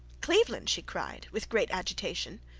cleveland! she cried, with great agitation.